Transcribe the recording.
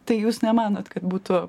tai jūs nemanot kad būtų